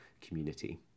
Community